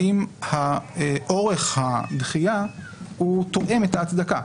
האם אורך הדחייה הוא תואם את ההצדקה,